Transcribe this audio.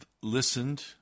listened